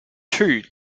two